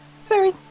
Sorry